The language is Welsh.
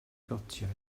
gotiau